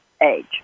age